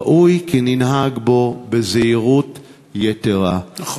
ראוי כי ננהג בזהירות יתרה, נכון.